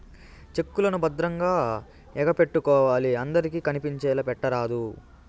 check లను భద్రంగా ఎగపెట్టుకోవాలి అందరికి కనిపించేలా పెట్టరాదు